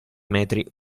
metri